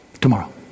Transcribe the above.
Tomorrow